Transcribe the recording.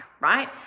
right